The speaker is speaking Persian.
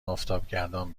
آفتابگردان